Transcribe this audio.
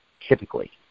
typically